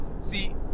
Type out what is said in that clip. See